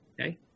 Okay